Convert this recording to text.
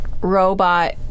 robot